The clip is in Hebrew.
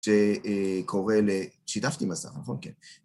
שקורא ל... שיתפתי מסך, נכון? כן.